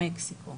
מקסיקו.